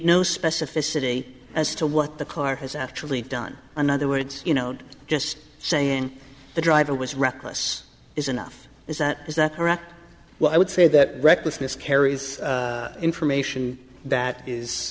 need no specificity as to what the car has actually done another words you know just saying the driver was reckless is enough is that is that correct well i would say that recklessness carries information that is